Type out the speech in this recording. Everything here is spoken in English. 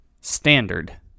Standard